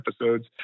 episodes